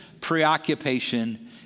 preoccupation